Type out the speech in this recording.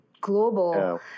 global